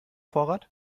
vorrat